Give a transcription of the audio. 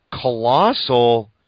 Colossal